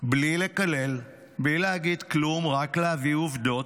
בלי לקלל, בלי להגיד כלום, רק להביא עובדות,